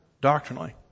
doctrinally